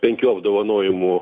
penkių apdovanojimų